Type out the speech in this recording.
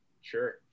sure